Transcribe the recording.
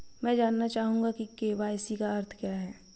मैं जानना चाहूंगा कि के.वाई.सी का अर्थ क्या है?